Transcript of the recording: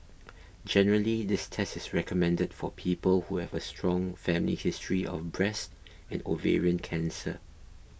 generally this test is recommended for people who have a strong family history of breast and ovarian cancer